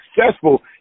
successful